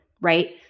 right